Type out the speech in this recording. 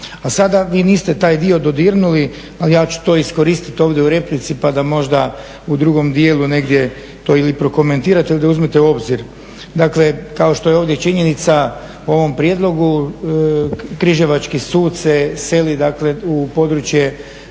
A sada vi niste taj dio dodirnuli, ali ja ću to iskoristiti ovdje u replici pa da možda u drugom dijelu negdje to ili prokomentirate ili da uzmete u obzir. Dakle, kao što je ovdje činjenica po ovom prijedlogu križevački sud se seli, dakle u područje